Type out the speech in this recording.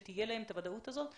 שתהיה להם את הוודאות הזאת.